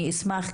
אני אשמח,